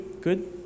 good